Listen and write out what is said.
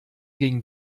gegen